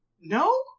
no